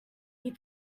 you